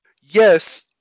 Yes